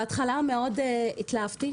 בהתחלה מאוד התלהבתי,